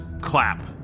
Clap